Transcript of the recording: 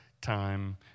time